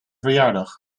verjaardag